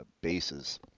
bases